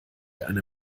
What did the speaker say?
eine